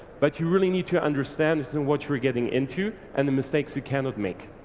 but you really need to understand and what you're getting into and the mistakes you cannot make.